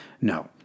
No